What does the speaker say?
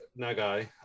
Nagai